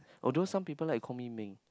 although some people like to call me Meng